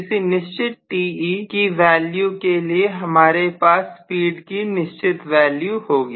किसी निश्चित Te विद्यालयों के लिए हमारे पास स्पीड की निश्चित वैल्यू होगी